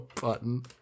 button